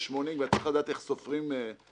בין 80-60, אבל צריך לדעת איך סופרים רשות.